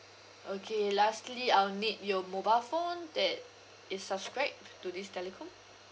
okay lastly I'll need your mobile phone that is subscribed to this telecom